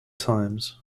times